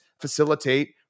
facilitate